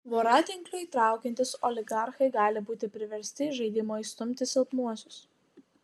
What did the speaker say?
voratinkliui traukiantis oligarchai gali būti priversti iš žaidimo išstumti silpnuosius